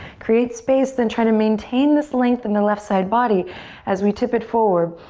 create space, then try to maintain this length in the left side body as we tip it forward.